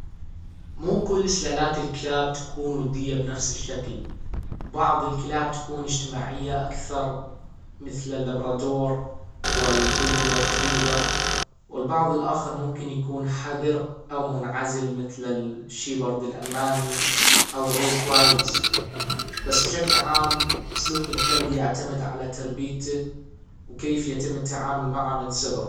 و كل سلالات الكلاب تكون وديه بنفس الشكل بعض الكلاب تكون إجتماعيه أكثر مثل اللبرادور والجولدن روتريفر والبعض الاخر ممكن يكون حذر أو منعزل مثل الشيبرد الألمانى أو الروت وايلدز بس بشكل عام سلوك الكلب يعتمد على تربيته وكيف يتم التعامل معه من صغره